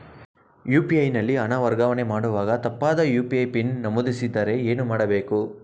UPI ನಲ್ಲಿ ಹಣ ವರ್ಗಾವಣೆ ಮಾಡುವಾಗ ತಪ್ಪಾದ ಯು.ಪಿ.ಐ ಪಿನ್ ನಮೂದಿಸಿದರೆ ಏನು ಮಾಡಬೇಕು?